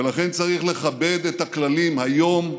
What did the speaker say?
ולכן צריך לכבד את הכללים היום,